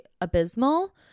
abysmal